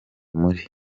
muri